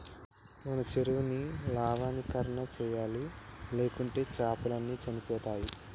మన చెరువుని లవణీకరణ చేయాలి, లేకుంటే చాపలు అన్ని చనిపోతయ్